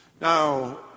Now